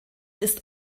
ist